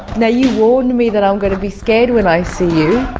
now, you warned me that i'm going to be scared when i see you.